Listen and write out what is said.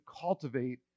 cultivate